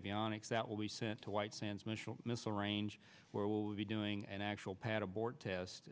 avionics that will be sent to white sands national missile range where we will be doing an actual pad abort test